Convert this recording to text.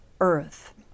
earth